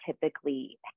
typically